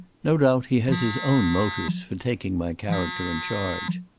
no doubt he has his own motives for taking my character in charge.